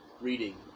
reading